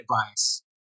advice